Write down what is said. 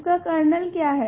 इसका कर्नल क्या है